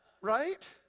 Right